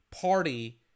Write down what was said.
party